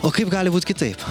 o kaip gali būt kitaip